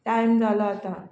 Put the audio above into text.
time जालो आतां